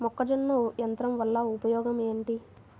మొక్కజొన్న యంత్రం వలన ఉపయోగము ఏంటి?